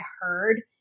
heard